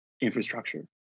infrastructure